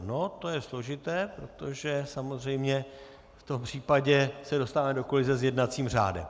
No, to je složité, protože samozřejmě v tom případě se dostáváme do kolize s jednacím řádem.